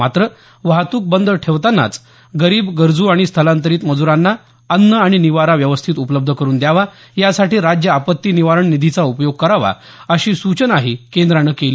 मात्र वाहतूक बंद ठेवतानांच गरीब गरजू आणि स्थलांतरित मज्रांना अन्न आणि निवारा व्यवस्थित उपलब्ध करून द्यावा यासाठी राज्य आपत्ती निवारण निधीचा उपयोग करावा अशी सूचनाही केंद्रानं केली